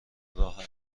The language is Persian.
راه